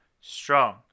strong